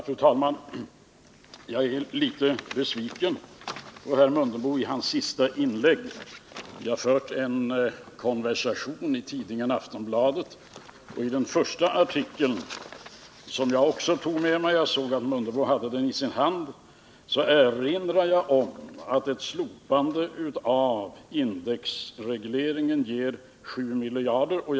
Fru talman! Jag blev litet besviken på herr Mundebo i hans sista inlägg. Vi har fört en konversation i tidningen Aftonbladet. I den första artikeln — som jag också tog med mig; jag såg att herr Mundebo hade den i sin hand — erinrar jag om att ett slopande av indexregleringen ger staten 7 miljarder om året.